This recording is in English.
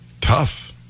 Tough